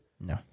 No